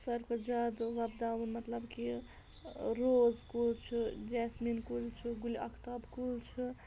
ساروی کھۄتہٕ زیادٕ وۄپداوُن مطلب کہِ روز کُل چھُ جیسمیٖن کُلۍ چھُ گُلہِ آختاب کُل چھُ